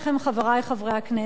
חברי חברי הכנסת,